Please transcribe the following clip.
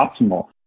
optimal